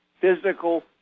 physical